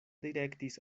direktis